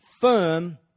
firm